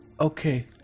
okay